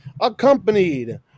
Accompanied